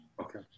Okay